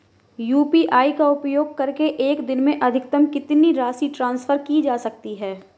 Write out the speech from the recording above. UPI का उपयोग करके एक दिन में अधिकतम कितनी राशि ट्रांसफर की जा सकती है?